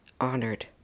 honored